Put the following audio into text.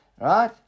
right